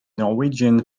norwegian